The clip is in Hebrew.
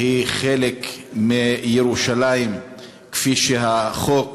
היא חלק מירושלים כפי שהחוק הגדיר,